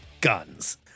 guns